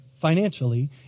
financially